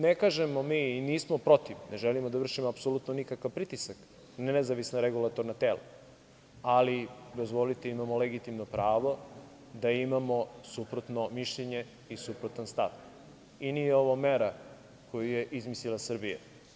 Ne kažemo mi i nismo protiv, ne želimo da vršimo apsolutno nikakav pritisak na nezavisna regulatorna tela, ali, dozvolite, imamo legitimno pravo da imamo suprotno mišljenje i suprotan stav i nije ovo mera koju je izmislila Srbija.